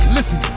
Listen